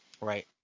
right